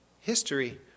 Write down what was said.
History